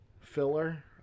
filler